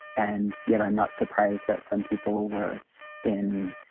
and yet i'm not surprised that some people were in,